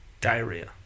Diarrhea